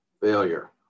failure